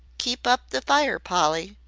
keep up the fire, polly,